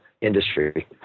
industry